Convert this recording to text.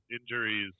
injuries